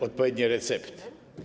odpowiednie recepty.